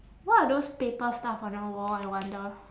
what are those paper stuff on the wall I wonder